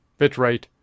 bitrate